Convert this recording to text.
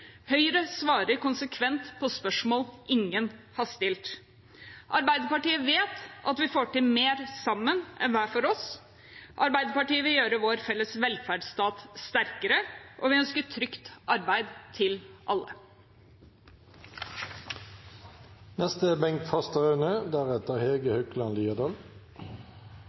Høyre svarer konsekvent på spørsmål ingen har stilt. Arbeiderpartiet vet at vi får til mer sammen enn hver for oss. Arbeiderpartiet vil gjøre vår felles velferdsstat sterkere, og vi ønsker trygt arbeid til